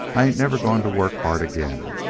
i ain't never going to work hard again.